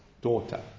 daughter